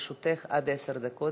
לרשותך, תמר זנדברג, עד עשר דקות.